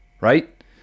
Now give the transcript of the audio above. right